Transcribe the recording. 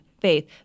faith